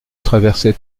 traversait